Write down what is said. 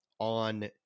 on